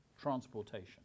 transportation